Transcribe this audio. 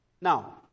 Now